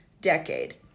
decade